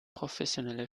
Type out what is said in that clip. professionelle